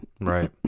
Right